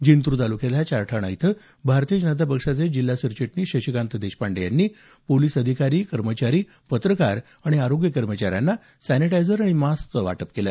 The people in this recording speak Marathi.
जिंतूर तालुक्यातल्या चारठाणा इथं भारतीय जनता पक्षाचे जिल्हा सरचिटणीस शशिकांत देशपांडे यांनी पोलिस अधिकारी कर्मचारी पत्रकार आरोग्य कर्मचाऱ्यांना सॅनिटायझर आणि मास्कचं वाटप केलं